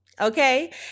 okay